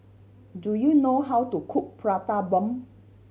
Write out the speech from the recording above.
do you know how to cook Prata Bomb